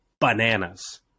bananas